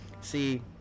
See